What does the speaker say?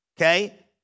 Okay